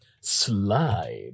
slide